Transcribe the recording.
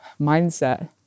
mindset